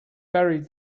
buried